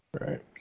Right